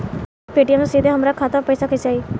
Paytm से सीधे हमरा खाता मे पईसा कइसे आई?